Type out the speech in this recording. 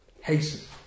hasten